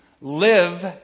live